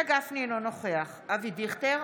אינו נוכח אבי דיכטר,